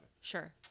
Sure